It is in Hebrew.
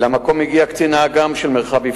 יושבת פה גם הקצינה שטיפלה בנושא,